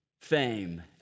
fame